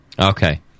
Okay